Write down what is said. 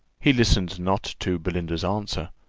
he listened not to belinda's answer.